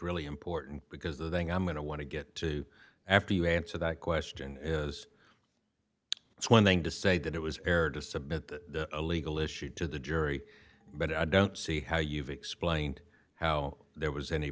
really important because the thing i'm going to want to get to after you answer that question is it's one thing to say that it was aired to submit the a legal issue to the jury but i don't see how you've explained how there was any